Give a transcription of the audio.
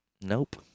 Nope